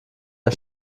der